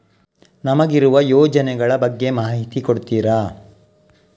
ನಮಗಿರುವ ಯೋಜನೆಗಳ ಬಗ್ಗೆ ಮಾಹಿತಿ ಕೊಡ್ತೀರಾ?